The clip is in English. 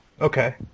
Okay